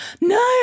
no